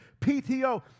PTO